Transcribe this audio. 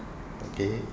okay